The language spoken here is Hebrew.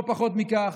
לא פחות מכך,